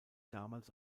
damals